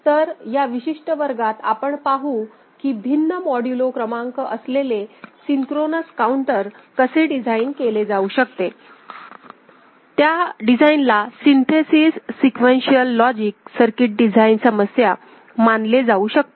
तर या विशिष्ट वर्गात आपण पाहू की भिन्न मॉड्यूलो क्रमांक असलेले सिंक्रोनस काउंटर कसे डिझाइन केले जाऊ शकते आणि त्या डिझाइनला synthesis sequential logic circuit design समस्या मानली जाऊ शकते